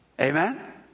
Amen